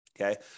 Okay